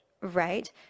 right